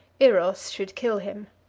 eros should kill him.